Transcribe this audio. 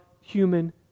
human